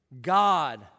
God